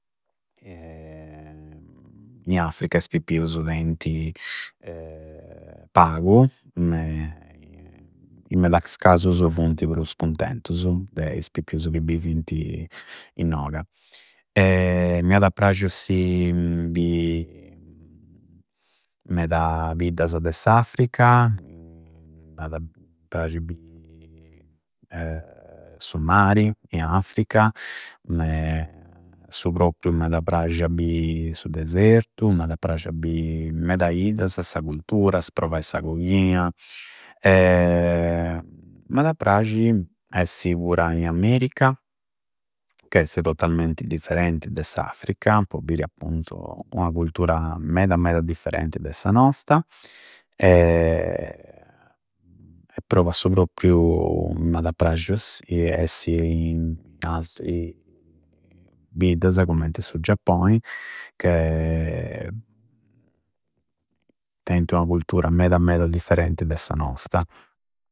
in Africa is pippiusu teinti pagu, me in meda casusu funti prus cuntentusu de is pippiusu chi bivinti innoga. Mi ada a prasci si bi meda biddasa de s'Africa, m'ada prsci bi su mari in Africa, me su proprpiu m'ada prasci bi su desertu, m'ada prasci a bi meda iddasa, sa cultura, provai sa coghina m'ada prsci essi pura in America ca esti totalmenti differenti de s'Africa po biri appuntu ua cultura meda meda differenti de sa nosta e poi a su propriu m'ada a prasci essi in altri biddasa commenti su Giappoi che teinti una cultura meda meda differenti de sa nosta.